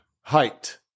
height